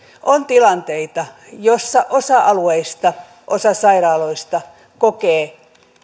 on tilanteita joissa osa alueista osa sairaaloista kokee